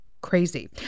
crazy